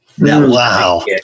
Wow